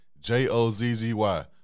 J-O-Z-Z-Y